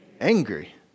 Angry